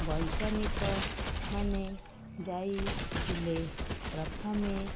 ବୈଜ୍ଞାନିକ ମାନେ ଯାଇଥିଲେ ପ୍ରଥମେ